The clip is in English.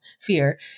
fear